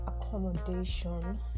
accommodation